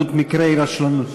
עלות מקרי רשלנות,